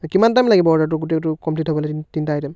কিমান টাইম লাগিব অৰ্ডাৰটো গোটেইটো কমপ্লিট হ'বলৈ তিন তিনিটা আইটেম